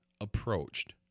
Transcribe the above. approached